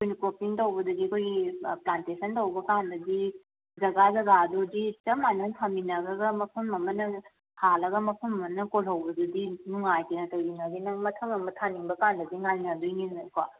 ꯑꯩꯈꯣꯏꯅ ꯀ꯭ꯔꯣꯞꯄꯤꯡ ꯇꯧꯕꯗꯗꯤ ꯑꯩꯈꯣꯏꯒꯤ ꯄ꯭ꯂꯥꯟꯇꯦꯁꯟ ꯇꯧꯕꯀꯥꯟꯗꯗꯤ ꯖꯒꯥ ꯖꯒꯥ ꯑꯗꯨꯗꯤ ꯆꯞ ꯃꯥꯟꯅꯅ ꯊꯝꯃꯤꯟꯅꯈ꯭ꯔꯒ ꯃꯐꯝ ꯑꯃꯅ ꯍꯥꯜꯂꯒ ꯃꯐꯝ ꯑꯃꯅ ꯀꯣꯜꯍꯧꯕꯗꯨꯗꯤ ꯅꯨꯡꯉꯥꯏꯇꯦ ꯀꯩꯒꯤꯅꯣꯗꯤ ꯅꯪ ꯃꯊꯪ ꯑꯃ ꯊꯥꯅꯤꯡꯕꯀꯥꯟꯗꯗꯤ ꯉꯥꯏꯅꯗꯣꯏꯅꯤꯗꯅ ꯀꯣ